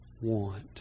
want